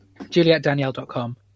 JulietDanielle.com